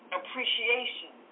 appreciation